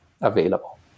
available